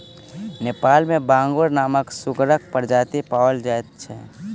नेपाल मे बांगुर नामक सुगरक प्रजाति पाओल जाइत छै